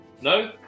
No